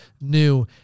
new